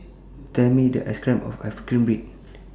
Tell Me The Price of Ice Cream Bread